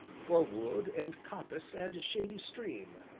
for wood and coppice and shady stream,